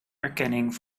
erkenning